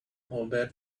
albert